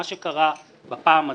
מה שקרה בפעם הזאת,